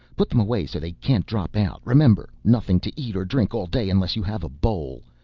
put them away so they can't drop out, remember nothing to eat or drink all day unless you have a bowl.